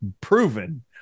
proven